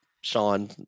Sean